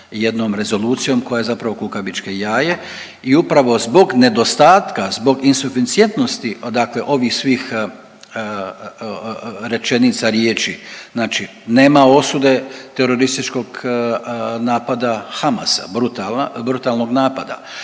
jednom rezolucijom koja je zapravo kukavičje jaje. I upravo zbog nedostatka zbog insufincijentnosti odakle ovih svih rečenica riječi. Znači nema osude terorističkog napada Hamasa brutalnog napada,